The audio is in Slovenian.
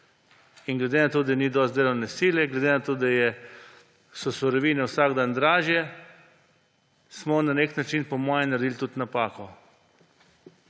Glede na to, da ni dosti delovne sile, glede na to, da so surovine vsak dan dražje, smo na nek način po mojem naredili tudi napako.